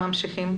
ממשיכים.